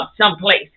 someplace